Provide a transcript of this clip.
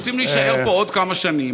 רוצים להישאר פה עוד כמה שנים,